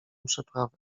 przeprawę